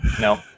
No